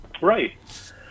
Right